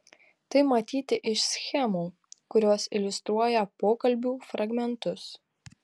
tai matyti iš schemų kurios iliustruoja pokalbių fragmentus